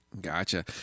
Gotcha